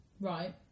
Right